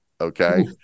okay